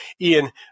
Ian